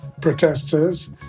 protesters